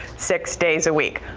six days a week.